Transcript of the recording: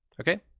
Okay